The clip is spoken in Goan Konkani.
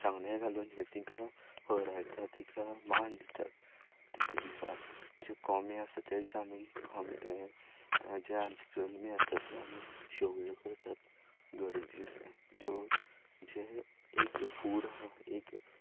सांगणें घालून हे तेंका होरायतात तिका मान दितात त्या दिसा जे कोबें आसा ते दिसा आमी हें जे आमचे जल्मी आसा ते आमी शेवयो करतात दोरीच्यो साण ज्यो जे एक फूड म्हणून एक